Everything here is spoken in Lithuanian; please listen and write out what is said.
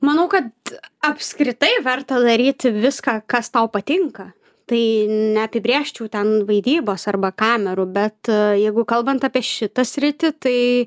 manau kad apskritai verta daryti viską kas tau patinka tai neapibrėžčiau ten vaidybos arba kamerų bet jeigu kalbant apie šitą sritį tai